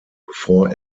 bevor